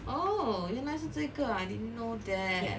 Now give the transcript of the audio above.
oh 原来是这个 I didn't know that